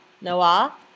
Noah